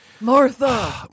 Martha